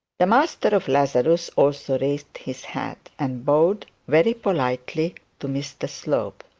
the master of lazarus also raised his hat and bowed very politely to mr slope.